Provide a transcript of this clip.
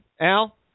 Al